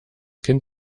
kind